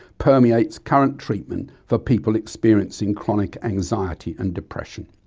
permeates current treatment for people experiencing chronic anxiety and depression.